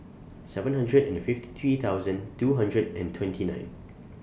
seven hundred and fifty three thousand two hundred and twenty nine